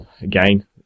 again